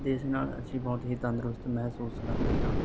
ਜਿਸ ਨਾਲ ਅਸੀਂ ਬਹੁਤ ਹੀ ਤੰਦਰੁਸਤ ਮਹਿਸੂਸ ਕਰਦੇ ਹਾਂ